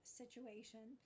situation